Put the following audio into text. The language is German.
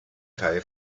reihe